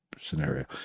scenario